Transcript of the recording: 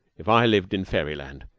if i lived in fairy-land,